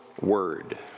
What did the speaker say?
word